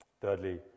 Thirdly